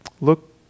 Look